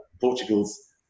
Portugal's